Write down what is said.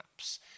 apps